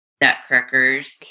nutcrackers